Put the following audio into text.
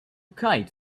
kite